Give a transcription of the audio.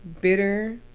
bitter